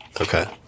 Okay